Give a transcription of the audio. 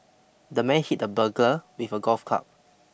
the man hit the burglar with a golf club